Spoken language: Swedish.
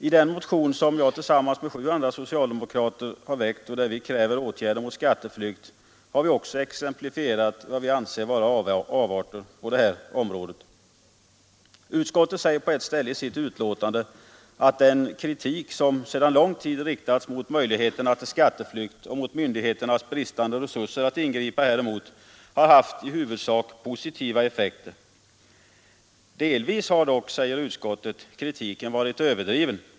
I den motion som jag tillsammans med sju andra socialdemokrater har väckt och där vi kräver åtgärder mot skatteflykt har vi också exemplifierat vad vi anser vara avarter på det här området. Utskottet säger på ett ställe i sitt betänkande att den kritik som sedan lång tid riktats mot möjligheterna till skatteflykt och mot myndigheternas bristande resurser att ingripa häremot har haft i huvudsak positiva effekter. Delvis har dock, säger utskottet, kritiken varit överdriven.